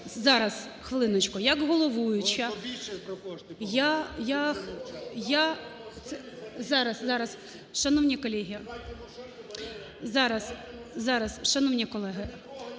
Зараз, хвилиночку, як головуюча я… зараз, зараз… шановні колеги… зараз, зараз. Шановні колеги,